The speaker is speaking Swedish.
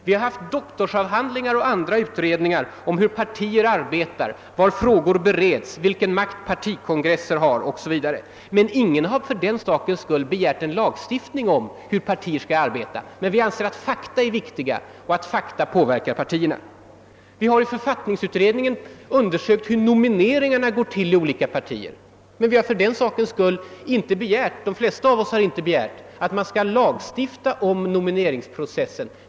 Det har gjorts doktorsavhandlingar och andra utredningar om hur partier arbetar, var frågor bereds, vilken makt partikongresser har 0. s. v. — ingen har av den anledningen begärt lagstiftning om hur partier skall arbeta. Men vi anser att sådana fakta är viktiga att få fram och att de påverkar partierna. Det har i författningsutredningen undersökts hur nomineringarna går till inom olika partier. Men de flesta av oss har inte begärt att man skall lagstifta om nomineringsprocessen.